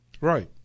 Right